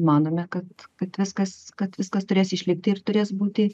manome kad kad viskas kad viskas turės išlikti ir turės būti